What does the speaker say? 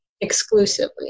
exclusively